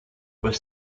were